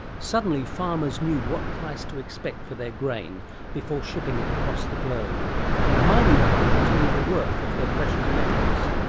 suddenly farmers knew what price to expect for their grain before shipping it across the globe and mining companies knew the worth of their precious metals.